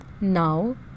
Now